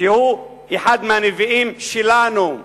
שהוא אחד הנביאים שלנו.